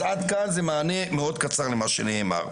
אז עד כאן זה מענה מאוד קצר למה שנאמר.